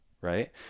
Right